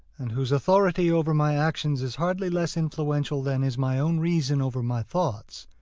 and whose authority over my actions is hardly less influential than is my own reason over my thoughts,